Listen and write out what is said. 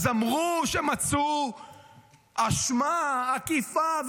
אז אמרו שמצאו אשמה עקיפה,